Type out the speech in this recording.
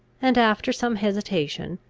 and, after some hesitation,